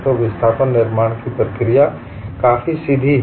तो विस्थापन निर्माण की प्रक्रिया काफी सीधी है